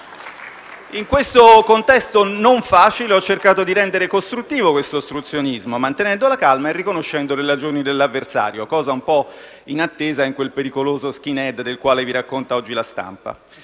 In questo contesto non facile ho cercato di rendere costruttivo questo ostruzionismo, mantenendo la calma e riconoscendo le ragioni dell'avversario, cosa un po' inattesa in quel pericoloso *skinhead* del quale vi racconta oggi la stampa.